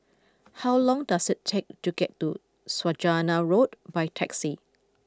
how long does it take to get to Saujana Road by taxi